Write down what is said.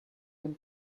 him